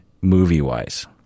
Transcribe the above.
movie-wise